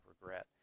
regret